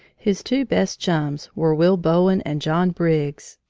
his two best chums were will bowen and john briggs.